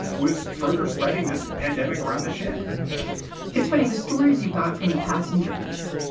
was further spreading this pandemic around the ship it's funny, the stories you've got from the passengers.